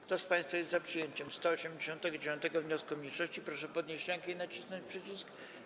Kto z państwa jest za przyjęciem 189. wniosku mniejszości, proszę podnieść rękę i nacisnąć przycisk.